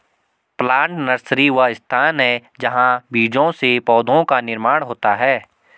plant nursery वह स्थान है जहां बीजों से पौधों का निर्माण होता है